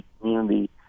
community